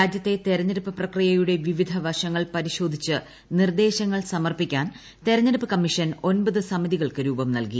രാജ്യത്തെ തെരഞ്ഞെടുപ്പ് പ്രക്രിയയുടെ വിവിധവശങ്ങൾ പരിശോധിച്ച് നിർദ്ദേശങ്ങൾ സമർപ്പിക്കാൻ തെരഞ്ഞെടുപ്പ് ക്ട്മീഷൻ ഒമ്പത് സമിതികൾക്ക് രുപം നൽകി